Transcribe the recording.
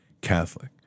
Catholic